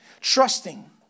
trusting